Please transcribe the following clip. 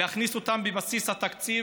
להכניס אותם בבסיס התקציב,